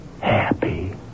Happy